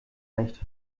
nicht